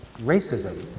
racism